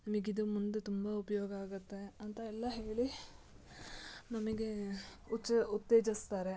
ನಿಮಿಗೆ ಇದು ಮುಂದೆ ತುಂಬ ಉಪಯೋಗ ಆಗುತ್ತೆ ಅಂತ ಎಲ್ಲ ಹೇಳಿ ನಮಗೆ ಉಜ್ ಉತ್ತೇಜಿಸ್ತಾರೆ